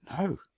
No